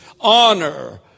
honor